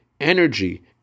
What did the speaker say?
energy